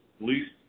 least